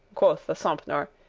quoth the sompnour,